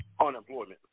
Unemployment